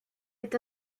est